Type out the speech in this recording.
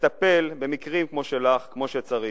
לטפל במקרים כמו שלך כמו שצריך,